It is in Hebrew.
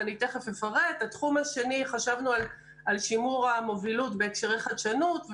התחום השני שחשבנו הוא שימור המובילות בהקשרי חדשנות,